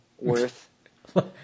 worth